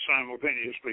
simultaneously